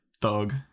thug